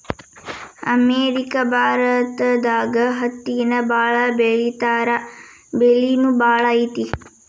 America ಭಾರತದಾಗ ಹತ್ತಿನ ಬಾಳ ಬೆಳಿತಾರಾ ಬೆಲಿನು ಬಾಳ ಐತಿ